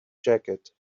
jacket